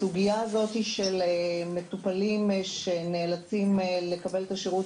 הסוגיה של מטופלים שנאלצים לקבל את השירות